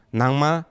nangma